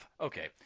Okay